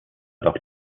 doch